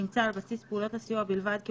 שנמצא על בסיס פעולות הסיוע בלבד,